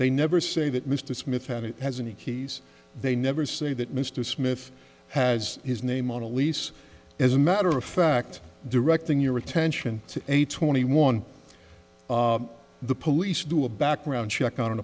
they never say that mr smith had it has any keys they never say that mr smith has his name on a lease as a matter of fact directing your attention to a twenty one the police do a background check on an